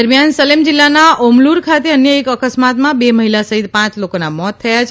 દરમિયાન સલેમ જીલ્લાના ઓમલુર ખાતે અન્ય એક અકસ્માતમાં બે મહિલા સહિત પાંચ લોકોના મોત થયા છે